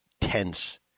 tense